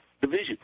division